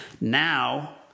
Now